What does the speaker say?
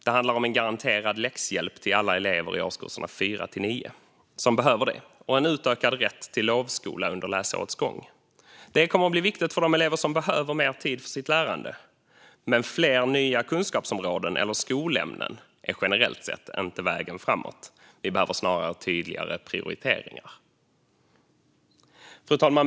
Det handlar om garanterad läxhjälp för alla elever i årskurserna 4-9 som behöver det och en utökad rätt till lovskola under läsårets gång. Det kommer att bli viktigt för de elever som behöver mer tid för sitt lärande. Men fler nya kunskapsområden eller skolämnen är generellt sett inte vägen framåt. Vi behöver snarare tydligare prioriteringar. Fru talman!